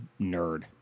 nerd